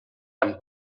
amb